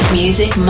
music